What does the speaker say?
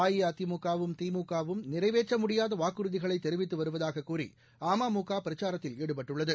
அஇஅதிமுகவும் திமுகவும் நிறைவேற்றமுடியாதவாக்குறுதிகளைதெரிவித்துக் வருவதாககூறிஅமமுகபிரச்சாரத்தில் ஈடுபட்டுள்ளது